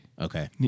Okay